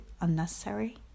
unnecessary